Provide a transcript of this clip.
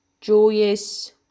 joyous